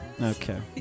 Okay